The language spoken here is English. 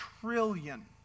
trillion